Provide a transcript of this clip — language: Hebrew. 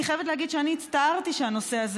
אני חייבת להגיד שאני הצטערתי שהנושא הזה